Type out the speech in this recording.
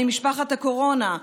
ממשפחת הקורונה,